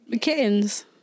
kittens